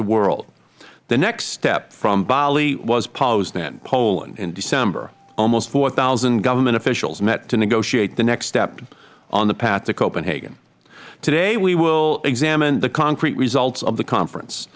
the world the next step from bali was poznan poland in december almost four thousand government officials met to negotiate the next steps on the path to copenhagen today we will examine the concrete results of the conference